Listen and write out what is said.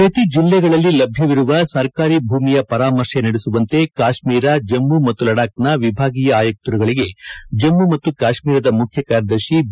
ಪ್ರತಿ ಜೆಲ್ಲೆಗಳಲ್ಲಿ ಲಭ್ಯವಿರುವ ಸರ್ಕಾರಿ ಭೂಮಿಯ ಪರಾಮರ್ಶೆ ನಡೆಸುವಂತೆ ಕಾಶ್ನೀರ ಜಮ್ನು ಮತ್ತು ಲಡಾಬ್ ನ ವಿಭಾಗೀಯ ಆಯುಕ್ತರುಗಳಿಗೆ ಜಮ್ನು ಮತ್ತು ಕಾಶ್ಮೀರದ ಮುಖ್ಯ ಕಾರ್ಯದರ್ಶಿ ಬಿ